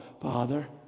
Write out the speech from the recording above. father